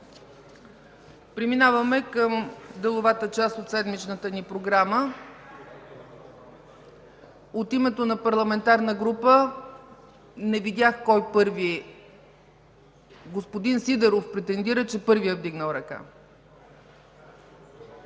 Преминаваме към деловата част от седмичната ни програма. От името на парламентарна група. Господин Сидеров претендира, че първи е вдигнал ръка.